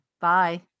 Bye